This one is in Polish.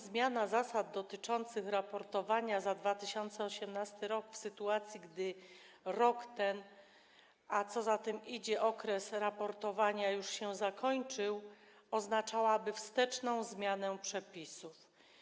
Zmiana zasad dotyczących raportowania za rok 2018 w sytuacji, gdy rok ten, a co za tym idzie, okres raportowania już się zakończył, oznaczałaby wsteczną zmianę przepisów.